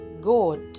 goat